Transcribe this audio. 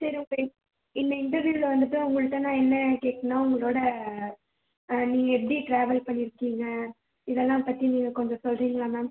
சரி உங்கள் இந்த இன்டர்வியூல வந்துட்டு உங்கள்கிட்ட நான் என்ன கேக்கணும்னா உங்களோட நீங்கள் எப்படி டிராவல் பண்ணிருக்கீங்கள் இதெல்லாம் பற்றி நீங்கள் கொஞ்சம் சொல்கிறிங்களா மேம்